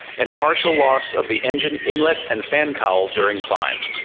and partial loss of the engine inlet and fan cowl during climb.